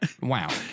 Wow